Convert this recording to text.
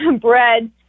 bread